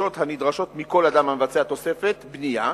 הנדרשות מכל אדם המבצע תוספת בנייה,